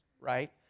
right